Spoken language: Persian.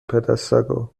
پدسگا